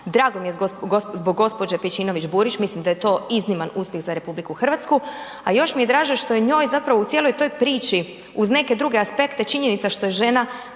Drago mi je zbog gđe. Pejčinović-Burić, mislim da je to izniman uspjeh za RH, a još mi je draže što je njoj zapravo u cijeloj toj priči uz neke druge aspekte, činjenica što je žena